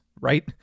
right